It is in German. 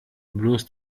bloß